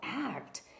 act